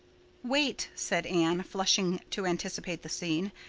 wait, said anne, flushing to anticipate the scene.